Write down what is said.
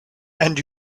and